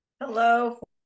Hello